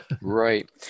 Right